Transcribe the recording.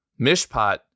Mishpat